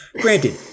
Granted